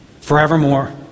forevermore